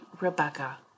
Rebecca